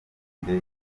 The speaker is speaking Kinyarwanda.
indege